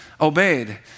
obeyed